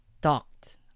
talked